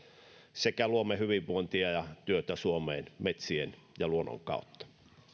sekä luomme hyvinvointia ja työtä suomeen metsien ja luonnon kautta